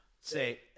say –